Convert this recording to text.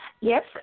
yes